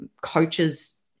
coaches